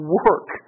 work